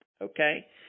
Okay